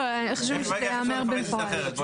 איך אפשר לפרש את זה אחרת?